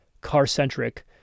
car-centric